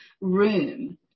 room